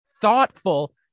thoughtful